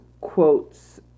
quotes